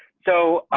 so,